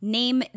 name